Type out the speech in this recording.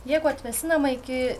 jeigu atvėsinama iki